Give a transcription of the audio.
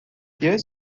jes